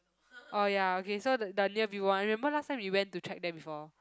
orh ya okay so the the near Vivo one I remember last time we went to check them before